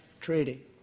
Treaty